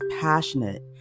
passionate